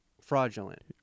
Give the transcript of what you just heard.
fraudulent